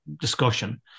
discussion